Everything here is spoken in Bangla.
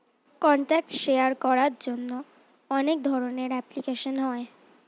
কন্ট্যাক্ট শেয়ার করার জন্য অনেক ধরনের অ্যাপ্লিকেশন হয়